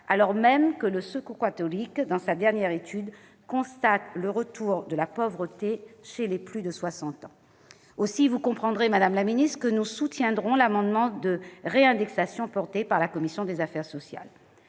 alors même que le Secours catholique, dans sa dernière étude, constate un retour de la pauvreté chez les plus de 60 ans. Aussi, vous comprendrez, madame la ministre, que nous soutiendrons l'amendement de réindexation porté par la commission des affaires sociales.